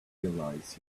realize